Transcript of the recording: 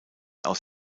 aus